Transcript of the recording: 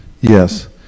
yes